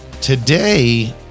Today